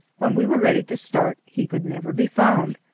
when we were ready to start he could never be found,